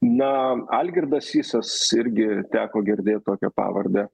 na algirdas sysas irgi teko girdėt tokią pavardę